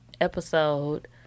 episode